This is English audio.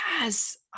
Yes